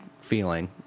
feeling